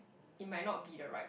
it might not be the right